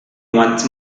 want